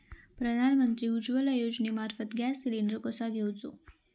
प्रधानमंत्री उज्वला योजनेमार्फत gas cylinder कसो घेऊचो?